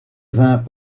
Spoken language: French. vint